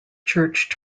church